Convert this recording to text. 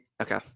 Okay